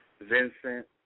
Vincent